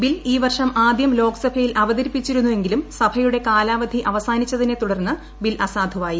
bill ഈ വർഷം ആദൃം ലോക്സഭയിൽ അവതരിപ്പിച്ചിരുന്നുവെങ്കിലും സഭയുടെ കാലാവധി അവസാനിച്ചതിനെ തുടർന്ന് ബിൽ അസാധുവായി